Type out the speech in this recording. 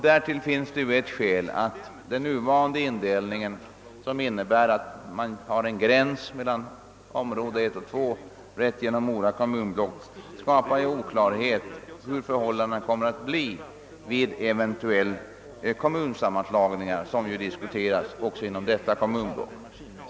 Därtill kommer ytterligare ett skäl, nämligen att den nuvarande indelningen, som innebär att man har en gräns mellan skattekraftsområdena 1 och 2 som går rakt igenom Mora kommunblock, skapar oklarhet beträffande hur förhållandena kommer att bli vid eventuella kommunsammanslagningar, vilka har diskuterats också inom detta kommunblock.